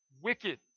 wicked